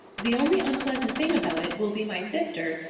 the only unpleasant thing about it will be my sister,